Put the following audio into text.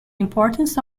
importance